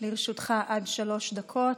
לרשותך עד שלוש דקות.